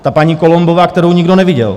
Ta paní Columbová, kterou nikdo neviděl.